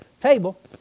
table